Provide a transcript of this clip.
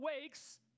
wakes